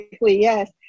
yes